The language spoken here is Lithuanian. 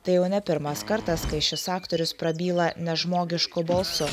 tai jau ne pirmas kartas kai šis aktorius prabyla nežmogišku balsu